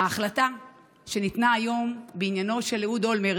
ההחלטה שניתנה היום בעניינו של אהוד אולמרט